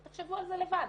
תחשבו על זה לבד.